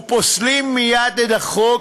ופוסלים מייד את החוק,